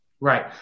right